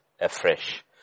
afresh